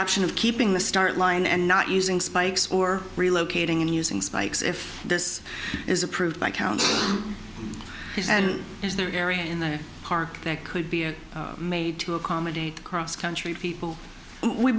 option of keeping the start line and not using spikes or relocating and using spikes if this is approved by county and is there an area in the park that could be made to accommodate cross country people we